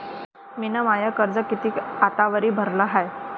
मिन माय कितीक कर्ज आतावरी भरलं हाय?